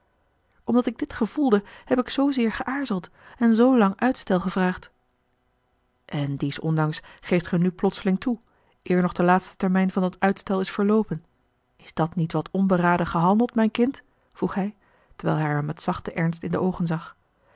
omdat ik dit gevoelde heb ik zoozeer geaarzeld en zoolang uitstel gevraagd en dies ondanks geeft ge nu plotseling toe eer nog de laatste termijn van dat uitstel is verloopen is dat niet wat onberaden gehandeld mijn kind vroeg hij terwijl hij haar met zachten ernst in de oogen zag